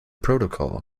protocol